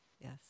Yes